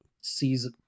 sees